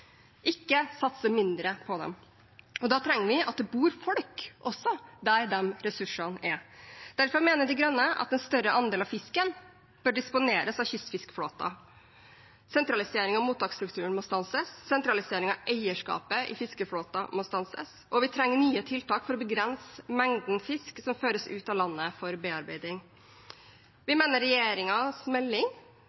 ikke satse mindre på dem. Da trenger vi at det bor folk også der disse ressursene er. Derfor mener Miljøpartiet De Grønne at en større andel av fisken bør disponeres av kystfiskeflåten. Sentraliseringen av mottaksstrukturen må stanses, sentraliseringen av eierskapet i fiskeflåten må stanses, og vi trenger nye tiltak for å begrense mengden fisk som føres ut av landet for bearbeiding.